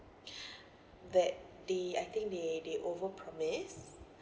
that the I think they they over promise